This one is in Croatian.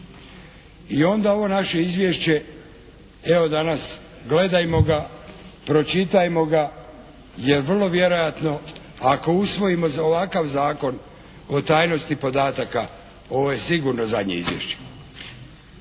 I onda ovo naše izvješće evo, danas gledajmo ga, pročitajmo ga, jer vrlo vjerojatno ako usvojimo ovakav Zakon o tajnosti podataka, ovo je sigurno zadnje izvješće.